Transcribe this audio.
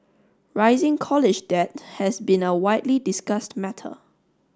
rising college debt has been a widely discussed matter